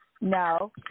No